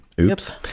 oops